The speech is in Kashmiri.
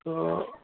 تہٕ